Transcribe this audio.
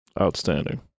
Outstanding